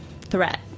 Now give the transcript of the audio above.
threat